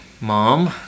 Mom